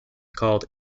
called